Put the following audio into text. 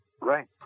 Right